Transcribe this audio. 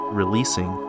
releasing